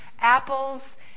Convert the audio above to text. apples